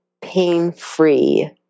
pain-free